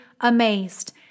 amazed